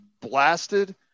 blasted